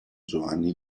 giovanni